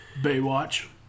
Baywatch